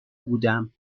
بودم